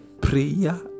prayer